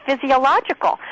physiological